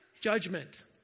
judgment